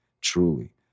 truly